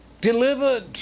delivered